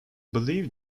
believed